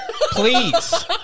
please